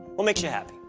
what makes you happy?